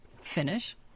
finish